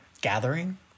gathering